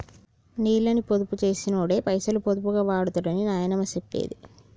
నీళ్ళని పొదుపు చేసినోడే పైసలు పొదుపుగా వాడుతడని నాయనమ్మ చెప్పేది